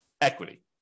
equity